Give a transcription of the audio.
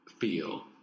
feel